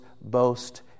boast